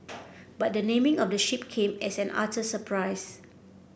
but the naming of the ship came as an utter surprise